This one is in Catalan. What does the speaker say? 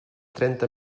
trenta